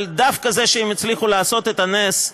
אבל דווקא זה שהם הצליחו לעשות את הנס,